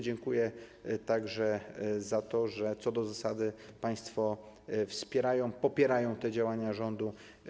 Dziękuję także za to, że co do zasady państwo wspierają, popierają te działania rządu.